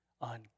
on